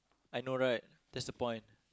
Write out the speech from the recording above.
I know right that's the point